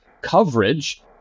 coverage